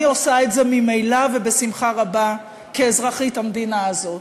ואני עושה את זה ממילא ובשמחה רבה כאזרחית המדינה הזאת.